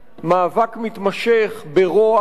מאבק מתמשך ברוע,